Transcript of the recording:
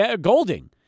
Golding